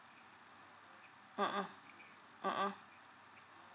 mmhmm mmhmm